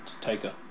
Taker